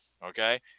Okay